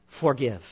forgive